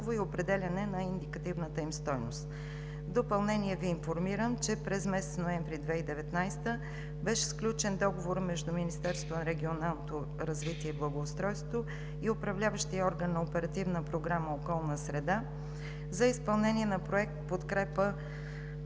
допълнение Ви информирам, че през месец ноември 2019 г. беше сключен договор между Министерството на регионалното развитие и благоустройството и Управляващия орган на Оперативна програма „Околна среда“ за изпълнение на проект „Подкрепа